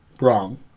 Wrong